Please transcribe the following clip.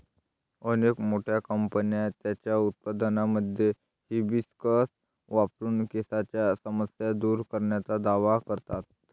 अनेक मोठ्या कंपन्या त्यांच्या उत्पादनांमध्ये हिबिस्कस वापरून केसांच्या समस्या दूर करण्याचा दावा करतात